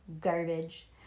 garbage